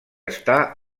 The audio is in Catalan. està